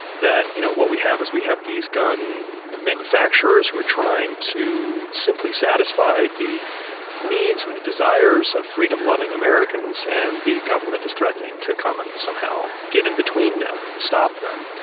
that you know what we have is we have these gun manufacturers who are trying to simply satisfy the needs and the desires of freedom-loving americans and the government is threatening to come and somehow get in between them and to stop them.